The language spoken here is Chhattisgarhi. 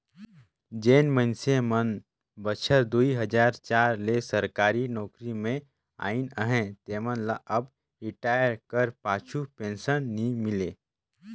जेन मइनसे मन बछर दुई हजार चार ले सरकारी नउकरी में अइन अहें तेमन ल अब रिटायर कर पाछू पेंसन नी मिले